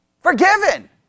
forgiven